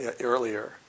earlier